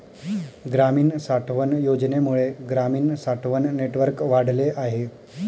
ग्रामीण साठवण योजनेमुळे ग्रामीण साठवण नेटवर्क वाढले आहे